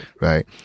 Right